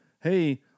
hey